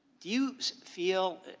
you feel,